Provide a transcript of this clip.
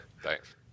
Thanks